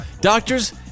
Doctors